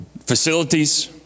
facilities